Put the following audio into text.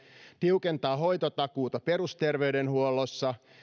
tiukentaa hoitotakuuta perusterveydenhuollossa